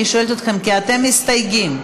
אני שואלת אתכם כי אתם מסתייגים.